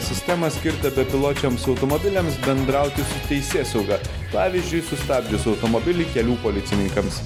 sistemą skirtą bepiločiams automobiliams bendrauti su teisėsauga pavyzdžiui sustabdžius automobilį kelių policininkams